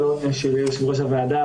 שלום ליושב-ראש הוועדה,